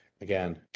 again